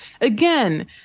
Again